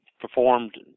performed